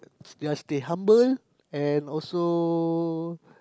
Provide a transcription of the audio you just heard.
just stay humble and also